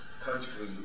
country